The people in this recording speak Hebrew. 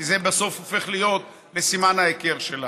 כי זה בסוף הופך להיות לסימן ההיכר שלה.